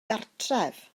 cartref